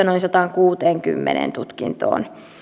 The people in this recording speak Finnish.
noin sataankuuteenkymmeneen tutkintoon